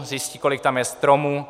Zjistí, kolik tam je stromů.